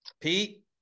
Pete